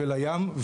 ולים,